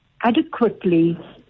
adequately